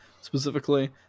specifically